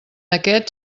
aquest